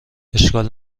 اشکال